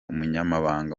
umunyamabanga